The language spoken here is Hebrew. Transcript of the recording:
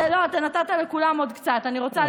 לא, אתה נתת לכולם עוד קצת, אני רוצה לסיים.